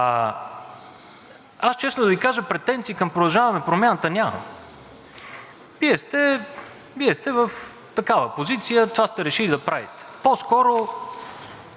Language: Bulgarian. аз, честно да Ви кажа, претенции към „Продължаваме Промяната“ нямам. Вие сте в такава позиция и това сте решили да правите. По-скоро